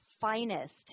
Finest